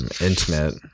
intimate